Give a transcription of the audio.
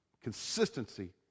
Consistency